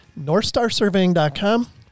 NorthstarSurveying.com